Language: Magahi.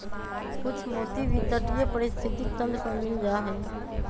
कुछ मोती भी तटीय पारिस्थितिक तंत्र पर मिल जा हई